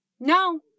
no